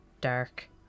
dark